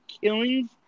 killings